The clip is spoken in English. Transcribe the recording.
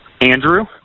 Andrew